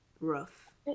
rough